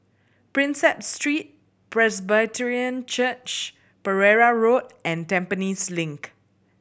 Prinsep Street Presbyterian Church Pereira Road and Tampines Link